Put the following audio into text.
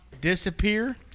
disappear